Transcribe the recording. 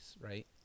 right